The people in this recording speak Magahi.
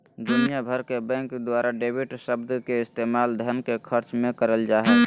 दुनिया भर के बैंक द्वारा डेबिट शब्द के इस्तेमाल धन के खर्च मे करल जा हय